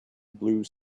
blue